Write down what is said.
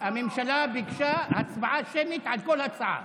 הממשלה ביקשה הצבעה שמית על כל הצעה,